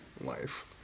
life